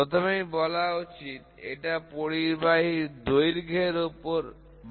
প্রথমেই বলা উচিত এটা পরিবাহীর দৈর্ঘ্যের সাথে বাড়ে